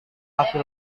laki